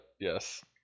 Yes